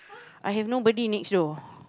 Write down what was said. I have nobody next door